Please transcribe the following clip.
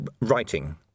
writing